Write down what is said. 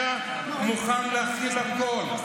ככה הוא כרגע מוכן להכיל הכול.